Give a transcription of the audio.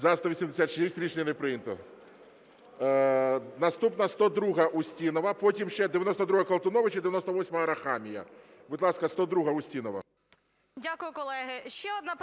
За-186 Рішення не прийнято. Наступна 102-а, Устінова. Потім ще 92-а, Колтунович. І 98-а, Арахамія. Будь ласка, 102-а, Устінова.